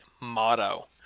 motto